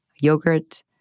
yogurt